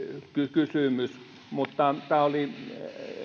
kysymys mutta tämä oli